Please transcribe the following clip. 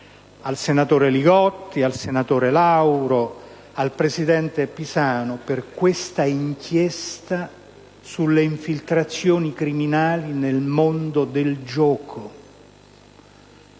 al senatore Li Gotti, al senatore Lauro e al presidente Pisanu per questa inchiesta sulle infiltrazioni criminali nel mondo del gioco.